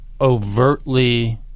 overtly